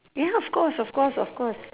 ya of course of course of course